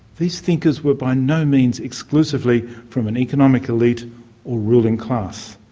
these thinkers were by no means exclusively from an economic elite or ruling class.